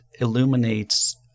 illuminates